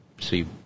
See